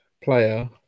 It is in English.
Player